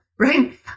right